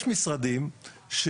יש משרדים,